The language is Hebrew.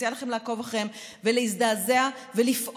מציעה לכם לעקוב אחריהן ולהזדעזע ולפעול.